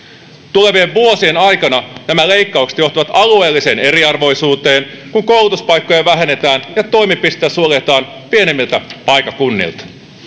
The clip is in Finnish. tulevien vuosien aikana nämä leikkaukset johtavat alueelliseen eriarvoisuuteen kun koulutuspaikkoja vähennetään ja toimipisteitä suljetaan pienemmiltä paikkakunnilta